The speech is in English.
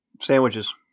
sandwiches